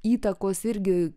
įtakos irgi